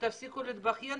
ותפסיקו להתבכיין,